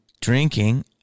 drinking